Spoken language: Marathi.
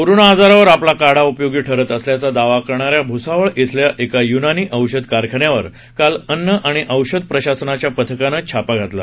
कोरोना आजारावर आपला काढा उपयोगी ठरत असल्याचा दावा करणाऱ्या भुसावळ इथल्या एका युनानी औषध कारखान्यावर काल अन्न आणि औषध प्रशासनाच्या पथकानं छापा टाकला